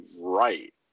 right